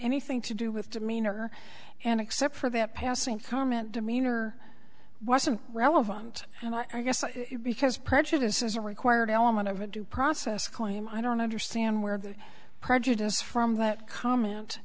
anything to do with demeanor and except for that passing comment demeanor wasn't relevant and i guess because prejudice is a required element of a due process claim i don't understand where the prejudice from that comment